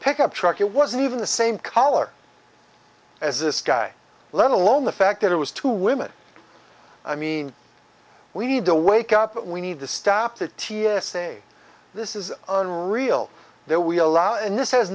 pickup truck it was even the same color as this guy let alone the fact that it was two women i mean we need to wake up we need to stop the t s a this is unreal that we allow and this has